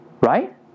Right